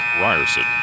Ryerson